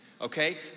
Okay